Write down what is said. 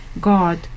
God